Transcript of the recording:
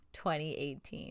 2018